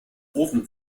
ofen